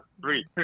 three